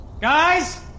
Guys